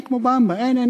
אין כמו 'במבה' / אין,